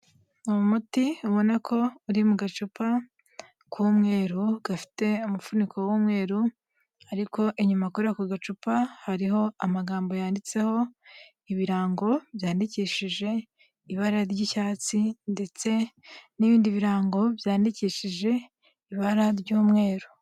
Ni umuti ubona ko uri mu gacupa k'umweru gafite umufuniko w'umweru, ariko inyuma kuri ako gacupa hariho amagambo yanditseho ibirango byandikishije ibara ry'icyatsi, ndetse n'ibindi birango byandikishije ibara ry'umweru.